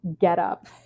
getup